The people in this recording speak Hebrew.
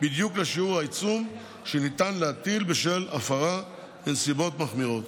בדיוק לשיעור העיצום שניתן להטיל בשל הפרה בנסיבות מחמירות.